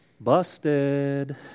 busted